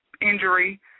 injury